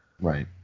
Right